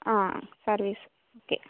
ആ service okay